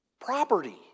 Property